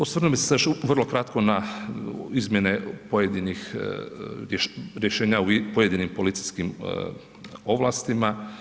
Osvrnuo bih se još vrlo kratko na izmjene pojedinih rješenja u pojedinim policijskim ovlastima.